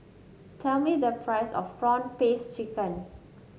tell me the price of prawn paste chicken